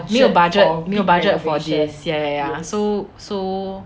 没有 budget 没有 budget for this ya ya ya so so